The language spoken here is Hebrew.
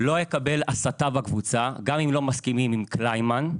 אקבל הסתה בקבוצה, גם אם לא מסכימים עם קליימן.